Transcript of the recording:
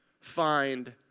find